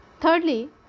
Thirdly